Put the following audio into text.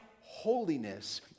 holiness